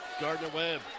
Gardner-Webb